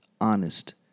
honest